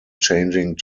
changing